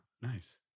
nice